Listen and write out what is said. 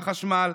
על החשמל,